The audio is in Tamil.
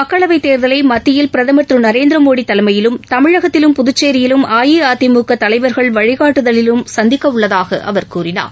மக்களவைத் தேர்தலை மத்தியில் பிரதமர் திரு நரேந்திர மோடி தலைமையிலும் தமிழகத்திலும் புதுச்சேரியிலும் அஇஅதிமுக தலைவர்கள் வழிகாட்டுதலிலும் சந்திக்கவுள்ளதாக அவர் கூறினார்